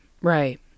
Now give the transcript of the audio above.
Right